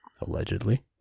allegedly